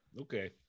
okay